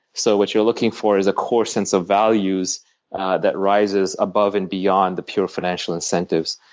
so what you're looking for is a core sense of values that rises above and beyond the pure financial incentives.